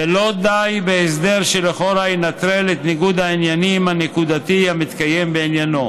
ולא די בהסדר שלכאורה ינטרל את ניגוד העניינים הנקודתי המתקיים בעניינו.